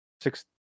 six